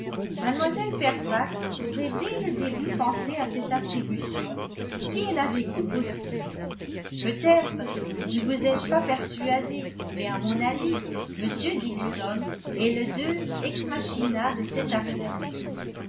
mlle fairfax aurait dès le début pensé à cette attribution si elle l'avait cru possible peut-être ne vous ai-je pas persuadé mais à mon avis m dixon est le deus ex machina de cette affaire